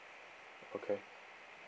okay